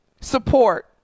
support